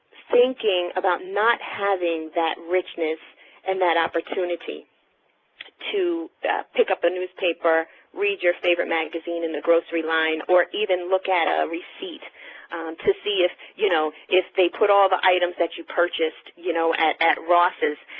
thinking about not having that richness and that opportunity to pick up a newspaper, read your favorite magazine in the grocery line, or even look at a receipt to see if you know, if they put all the items that you purchased, you know, at at ross's,